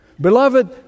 beloved